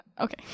Okay